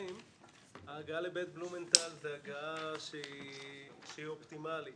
ההגעה לבית בלומנטל זו הגעה שהיא אופטימלית.